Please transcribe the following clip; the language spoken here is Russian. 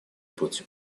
путь